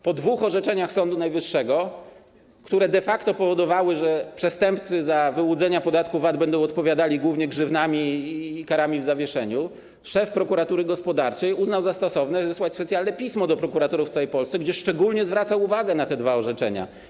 Po dwóch orzeczeniach Sądu Najwyższego, które de facto powodowały, że przestępcy za wyłudzenia podatku VAT odpowiadali głównie grzywnami i karami w zawieszeniu, szef prokuratury gospodarczej uznał za stosowne wysłać specjalne pismo do prokuratorów w całej Polsce, w którym zwracał szczególną uwagę na te dwa orzeczenia.